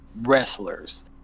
wrestlers